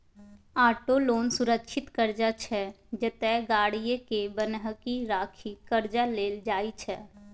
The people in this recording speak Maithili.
आटो लोन सुरक्षित करजा छै जतय गाड़ीए केँ बन्हकी राखि करजा लेल जाइ छै